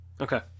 Okay